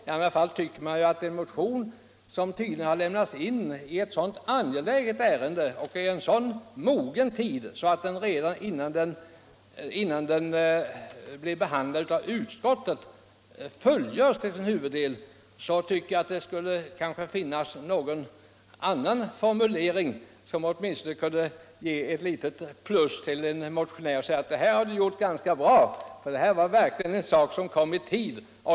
I alla fall tycker man att det när det gäller en motion, som har lämnats in i ett så angeläget ärende och i en så mogen tid att motionens syften tillgodosetts redan innan motionen blivit behandlad av utskottet, skulle finnas någon annan formulering, som åtminstone kunde ge ett litet erkännande åt motionären: ”Det här har du gjort ganska bra. Det var verkligen en sak som kom i tid.